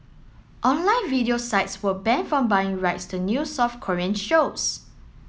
online video sites were banned from buying rights to new South Korean shows